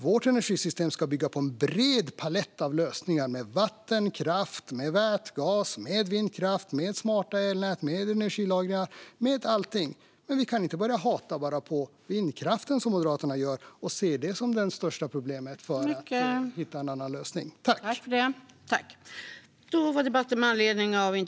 Vårt energisystem ska bygga på en bred palett av lösningar med vattenkraft, vätgas, vindkraft, smarta elnät, energilagringar och allting. Men vi kan inte bara hata vindkraften, som Moderaterna gör, och se den som det största problemet i stället för att hitta en annan lösning.